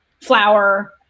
flour